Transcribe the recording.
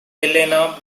elena